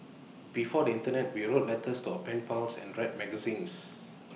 before the Internet we wrote letters to our pen pals and read magazines